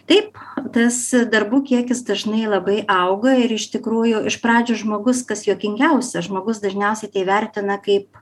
taip tas darbų kiekis dažnai labai auga ir iš tikrųjų iš pradžių žmogus kas juokingiausia žmogus dažniausiai tai vertina kaip